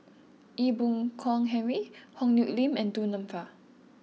Ee Boon Kong Henry Yong Nyuk Lin and Du Nanfa